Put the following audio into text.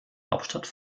hauptstadt